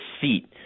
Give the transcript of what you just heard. seat